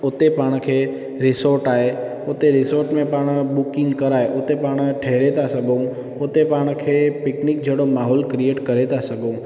उते पाण खे रिसोर्ट आहे उते रिसोर्ट पाण में बुकिंग कराए उते पाण ठहरे था सघूं उते पाण खे पिकनिक जहिड़ो माहौल क्रिएट करे था सघूं